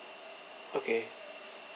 okay